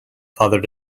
father